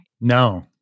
No